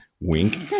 Wink